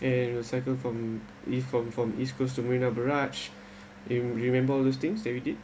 and will cycle from from from east coast to marina barrage re~ remember all those things that we did